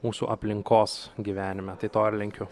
mūsų aplinkos gyvenime tai to ir linkiu